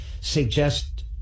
suggest